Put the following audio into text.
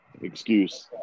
Excuse